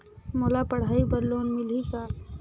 मोला पढ़ाई बर लोन मिलही का?